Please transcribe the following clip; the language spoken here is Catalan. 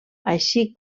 així